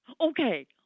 Okay